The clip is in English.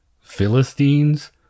Philistines